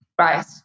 right